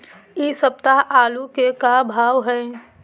इ सप्ताह आलू के का भाव है?